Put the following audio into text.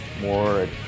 more